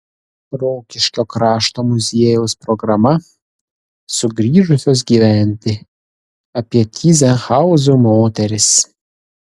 rokiškio krašto muziejaus programa sugrįžusios gyventi apie tyzenhauzų moteris